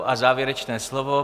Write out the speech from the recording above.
A závěrečné slovo.